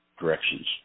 directions